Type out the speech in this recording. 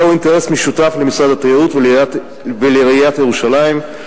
זהו אינטרס משותף למשרד התיירות ולעיריית ירושלים,